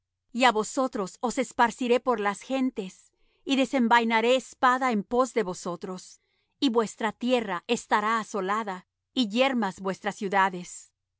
á vosotros os esparciré por las gentes y desenvainaré espada en pos de vosotros y vuestra tierra estará asolada y yermas vuestras ciudades